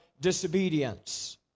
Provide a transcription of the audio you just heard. disobedience